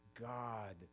God